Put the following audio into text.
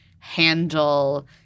handle